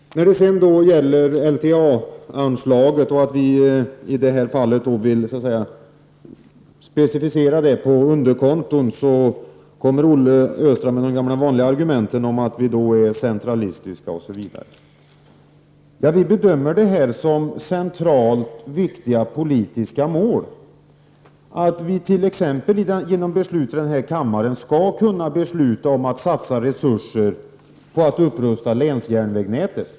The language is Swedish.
När det sedan gäller LTA-anslaget, som vi i det här fallet vill specificera i underkonton, kommer Olle Östrand med det gamla vanliga argumentet att vi är centralistiska. Vi bedömer det som ett centralt viktigt politiskt mål att vit.ex. genom beslut i denna kammare skall kunna satsa resurser på att upprusta länsjärnvägsnätet.